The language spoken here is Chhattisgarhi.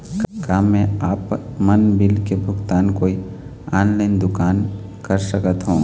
का मैं आपमन बिल के भुगतान कोई ऑनलाइन दुकान कर सकथों?